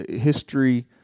history